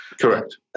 Correct